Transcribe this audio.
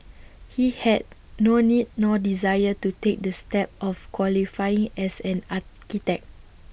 he had no need nor desire to take the step of qualifying as an architect